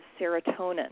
serotonin